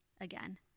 again